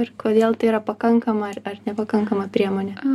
ir kodėl tai yra pakankama ar ar nepakankama priemonė